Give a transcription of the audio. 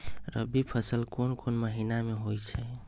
रबी फसल कोंन कोंन महिना में होइ छइ?